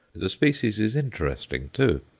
the species is interesting, too.